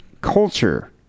culture